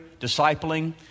discipling